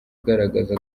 ugaragaza